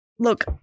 Look